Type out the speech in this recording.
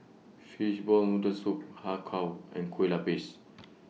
Fishball Noodle Soup Har Kow and Kueh Lapis